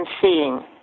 seeing